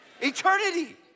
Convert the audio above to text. Eternity